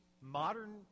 modern